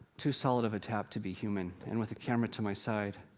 too solid of a tap to be human. and, with a camera to my side,